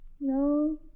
No